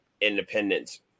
independence